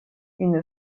une